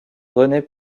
rené